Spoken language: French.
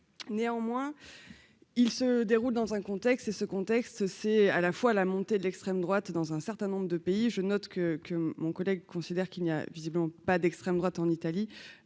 néanmoins, il se déroule dans un contexte c'est ce contexte c'est à la fois la montée de l'extrême droite dans un certain nombre de pays, je note que que mon collègue considère qu'il n'y a visiblement pas d'extrême droite en Italie